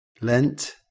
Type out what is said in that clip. lent